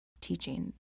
teaching